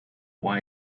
why